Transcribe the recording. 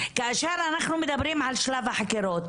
כאשר אנחנו מדברים על שלב החקירות